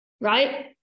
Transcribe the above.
right